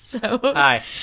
Hi